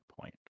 point